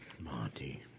Monty